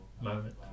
moment